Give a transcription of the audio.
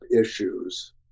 issues